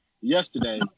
yesterday